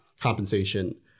compensation